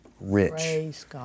rich